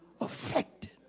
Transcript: affected